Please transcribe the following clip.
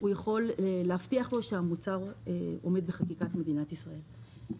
זה יכול להבטיח לו שהמוצר עומד בחקיקת מדינת ישראל.